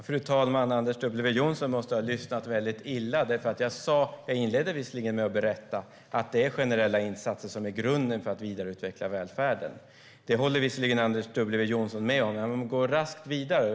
Fru talman! Anders W Jonsson måste ha lyssnat illa. Jag inledde visserligen med att berätta att generella insatser är grunden för att vidareutveckla välfärden. Det håller Anders W Jonsson också med om, men han går raskt vidare.